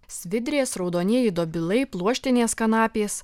svidrės raudonieji dobilai pluoštinės kanapės